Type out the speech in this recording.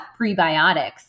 prebiotics